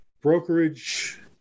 brokerage